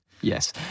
yes